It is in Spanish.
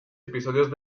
episodios